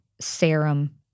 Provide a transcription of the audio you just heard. serum